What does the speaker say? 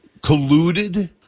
colluded